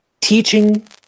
Teaching